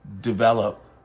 develop